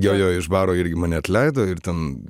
jo jo iš baro irgi mane atleido ir ten